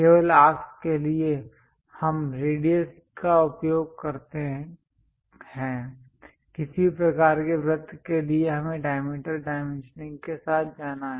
केवल आर्क्स के लिए हम रेडियस का उपयोग करते हैं किसी भी प्रकार के वृत्त के लिए हमें डायमीटर डाइमेंशनिंग के साथ जाना है